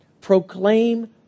proclaim